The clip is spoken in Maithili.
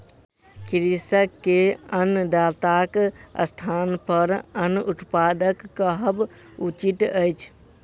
कृषक के अन्नदाताक स्थानपर अन्न उत्पादक कहब उचित अछि